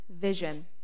vision